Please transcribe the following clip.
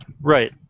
Right